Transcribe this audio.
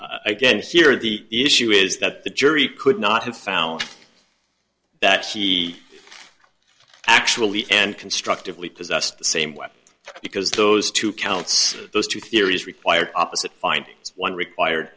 against here the issue is that the jury could not have found that she actually and constructively possessed the same weapon because those two counts those two theories require opposite findings one required